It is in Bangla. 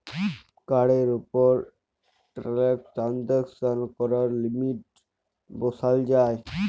কাড়ের উপর টেরাল্সাকশন ক্যরার লিমিট বসাল যায়